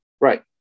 Right